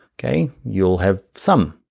okay? you'll have some,